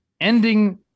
ending